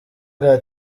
bwa